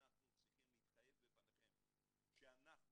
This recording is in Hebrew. אנחנו צריכים להתחייב בפניכם שאנחנו,